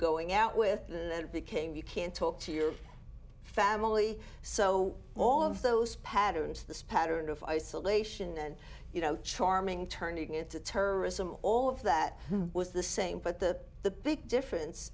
going out with and it became you can't talk to your family so all of those patterns this pattern of isolation and you know charming turning into terrorism all of that was the same but the the big difference